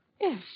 Yes